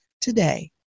today